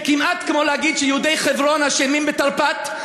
זה כמעט כמו להגיד שיהודי חברון אשמים בתרפ"ט,